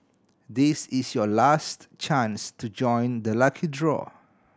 this is your last chance to join the lucky draw